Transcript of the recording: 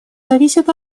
зависит